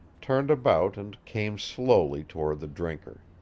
turned about and came slowly toward the drinker.